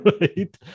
Right